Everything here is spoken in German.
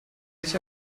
sich